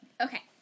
Okay